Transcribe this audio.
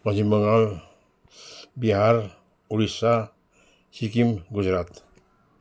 Paschim Bangal Bihar Odisha Sikkim Gujarat